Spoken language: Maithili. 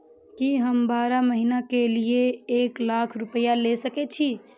की हम बारह महीना के लिए एक लाख रूपया ले सके छी?